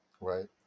Right